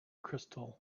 crystal